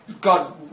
God